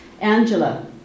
Angela